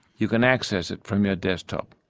you can access it from your desktop.